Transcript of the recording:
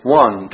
one